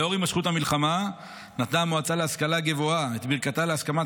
לאור הימשכות המלחמה נתנה המל"ג את ביררכתה להסכמת